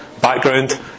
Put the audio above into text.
background